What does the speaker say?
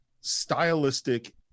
stylistic